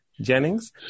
Jennings